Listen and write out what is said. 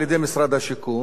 על-ידי משרד השיכון,